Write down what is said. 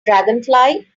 dragonfly